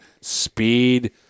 speed